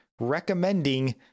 recommending